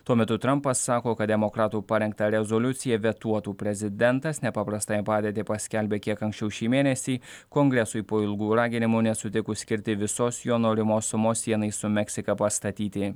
tuo metu trampas sako kad demokratų parengtą rezoliuciją vetuotų prezidentas nepaprastąją padėtį paskelbė kiek anksčiau šį mėnesį kongresui po ilgų raginimų nesutikus skirti visos jo norimos sumos sienai su meksika pastatyti